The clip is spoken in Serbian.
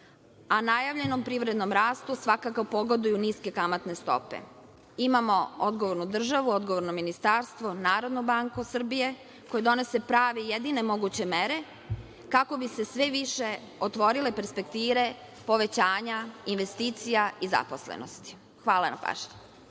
a najavljenom privrednom rastu svakako pogoduju niske kamatne stope. Imamo odgovornu državu, odgovorno Ministarstvo, Narodnu banku Srbije koji donose prave i jedine moguće mere kako bi se sve više otvorile perspektive povećanja investicija i zaposlenosti. Hvala na pažnji.